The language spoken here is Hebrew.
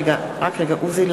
(קוראת בשמות חברי הכנסת)